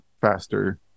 faster